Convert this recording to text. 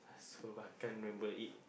so I can't remember it